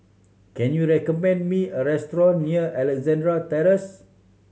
can you recommend me a restaurant near Alexandra Terrace